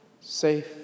safe